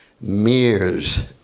mirrors